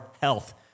health